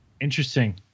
Interesting